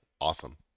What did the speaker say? awesome